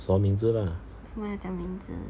什么名字 lah